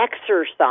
exercise